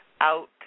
out